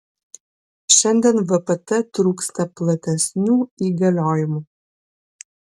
šiandien vpt trūksta platesnių įgaliojimų